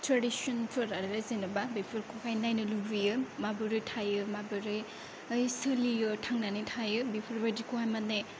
ट्रेडिसनफोरा आरो जेनेबा बेफोरखौहाय नायनो लुबैयो माबोरै थायो माबोरै सोलियो थांनानै थायो बेफोरबादिखौहाय माने